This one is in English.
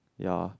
ya